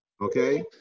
Okay